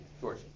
George